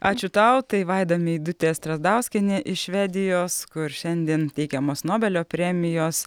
ačiū tau tai vaida meidutė strazdauskienė iš švedijos kur šiandien teikiamos nobelio premijos